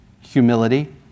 Humility